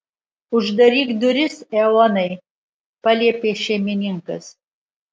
uždaryk duris eonai paliepė šeimininkas